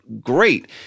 great